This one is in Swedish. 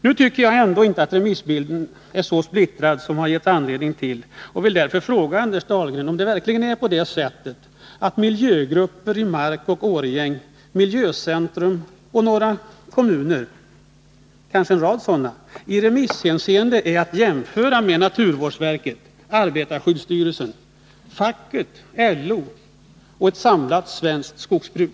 Jag tycker inte att remissbilden är så splittrad, och jag vill därför fråga Anders Dahlgren om det verkligen är så att miljögrupper i Mark och Årjäng, Miljöcentrum och en rad kommuner i remisshänseende är att jämföra med naturvårdsverket, arbetarskyddsstyrelsen, facket, LO och ett samlat svenskt skogsbruk.